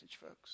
folks